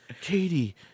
Katie